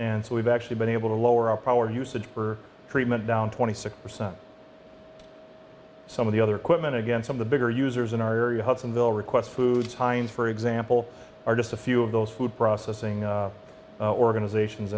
and so we've actually been able to lower our power usage for treatment down twenty six percent some of the other quitman again some the bigger users in our area hudsonville requests food heinz for example are just a few of those food processing organizations